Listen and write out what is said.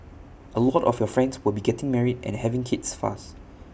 A lot of your friends will be getting married and having kids fast